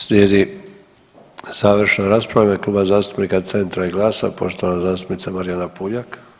Slijedi završna rasprava u ime Kluba zastupnika Centra i GLAS-a poštovana zastupnica Marijana Puljak.